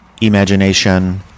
Imagination